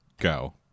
go